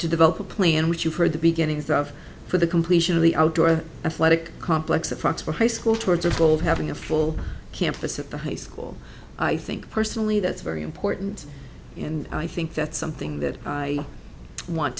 to develop a plan which you've heard the beginnings of for the completion of the outdoor dick complex at fox for high school towards a goal of having a full campus at the high school i think personally that's very important and i think that's something that i want